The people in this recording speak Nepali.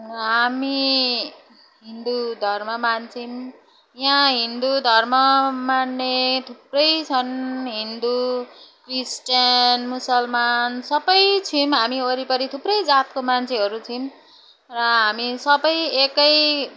हामी हिन्दू धर्म मान्छौँ यहाँ हिन्दू धर्म मान्ने थुप्रै छन् हिन्दू क्रिस्चियन मुसलमान सबै छौँ हामी वरिपरि थुप्रै जातको मान्छेहरू छौँ र हामी सबै एकै